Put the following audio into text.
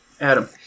Adam